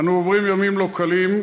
אנו עוברים ימים לא קלים,